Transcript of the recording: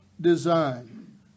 design